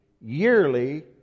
yearly